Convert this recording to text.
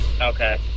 Okay